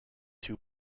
two